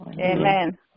Amen